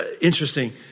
Interesting